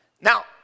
Now